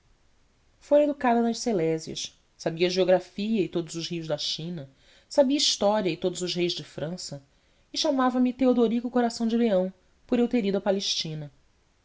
fora educada nas salésias sabia geografia e todos os rios da china sabia história e todos os reis de frança e chamava-me teodorico coração de leão por eu ter ido à palestina